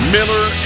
Miller